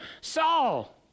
Saul